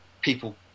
people